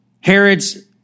Herod's